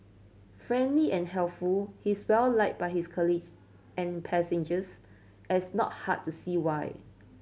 friendly and helpful he is well liked by his colleague and passengers as not hard to see why